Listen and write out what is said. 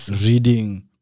reading